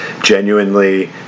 genuinely